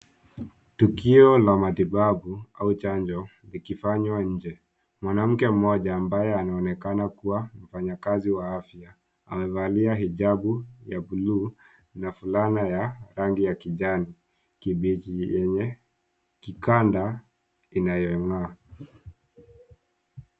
Tukio la matibabu au chanjo likifanywa nje ,mwanamke mmoja ambaye anaonekana kuwa mfanyikazi wa afya amevalia hijabu ya bluu na fulana ya rangi ya kijani kibichi yenye kikanda inayo ngaa.